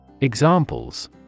Examples